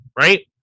right